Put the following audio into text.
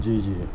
جی جی